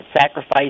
sacrifice